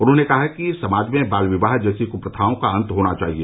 उन्होंने कहा कि समाज में बाल विवाह जैसी क्प्रथाओं का अंत होना चाहिए